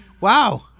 Wow